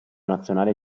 nazionale